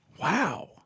Wow